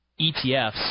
ETFs